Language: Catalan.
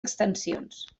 extensions